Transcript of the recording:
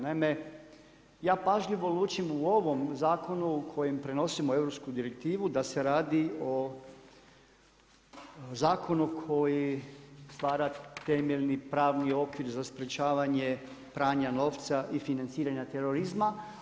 Naime, ja pažljivo lučim u ovom zakonu u kojem prenosimo europsku direktivu da se radi o zakonu koji stvara temeljni, pravni okvir za sprječavanje pranja novca i financiranja terorizma.